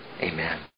Amen